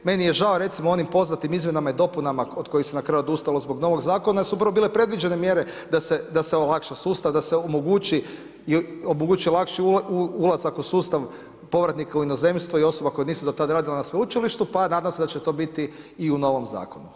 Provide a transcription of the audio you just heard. Meni je žao recimo o onim poznatim izmjenama i dopunama od kojih se na kraju odustalo zbog novog zakona jer su upravo bile predviđene mjere da se olakša sustav, da se omogući lakši ulazak u sustav povratnika u inozemstvo i osoba koje nisu do tada radile na sveučilištu pa nadam se da će to biti i u novom zakonu.